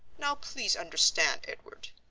now please understand, edward,